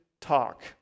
talk